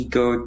go